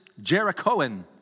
Jerichoan